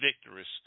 victorious